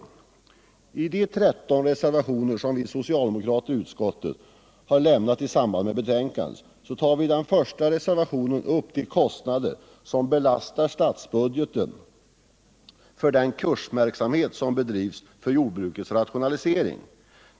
I den första av de 13 reservationer som vi socialdemokrater i utskottet fogat till jordbruksutskottets betänkande tar vi upp de kostnader som belastar statsbudgeten för den kursverksamhet som bedrivs för jordbrukets rationalisering.